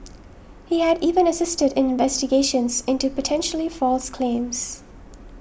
he had even assisted in investigations into potentially false claims